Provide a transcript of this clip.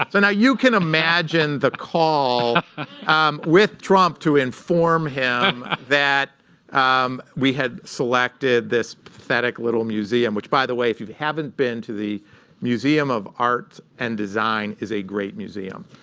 and you can imagine the call with trump to inform him that um we had selected this pathetic little museum, which, by the way, if you haven't been, the museum of arts and design is a great museum.